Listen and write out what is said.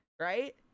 Right